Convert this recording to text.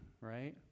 right